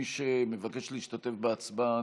מי שמבקש להשתתף בהצבעה,